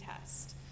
test